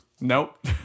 Nope